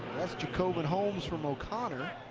jacoban holmes from o'connor.